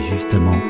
Justement